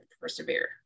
persevere